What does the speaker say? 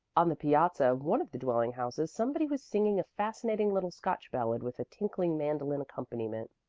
on the piazza of one of the dwelling-houses somebody was singing a fascinating little scotch ballad with a tinkling mandolin accompaniment.